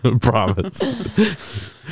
promise